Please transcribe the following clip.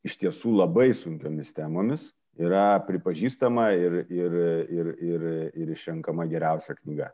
iš tiesų labai sunkiomis temomis yra pripažįstama ir ir ir ir ir išrenkama geriausia knyga